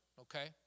okay